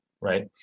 right